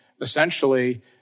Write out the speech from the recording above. essentially